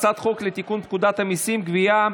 הצעת חוק לתיקון פקודת המיסים (גבייה)